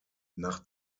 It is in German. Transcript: nach